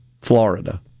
Florida